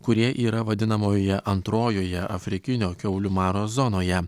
kurie yra vadinamojoje antrojoje afrikinio kiaulių maro zonoje